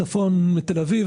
צפון ותל-אביב